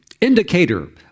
indicator